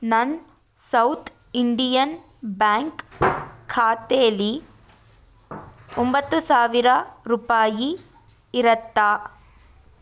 ನನ್ನ ಸೌಥ್ ಇಂಡಿಯನ್ ಬ್ಯಾಂಕ್ ಖಾತೇಲ್ಲಿ ಒಂಬತ್ತು ಸಾವಿರ ರೂಪಾಯಿ ಇರುತ್ತಾ